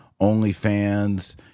OnlyFans